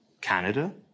Canada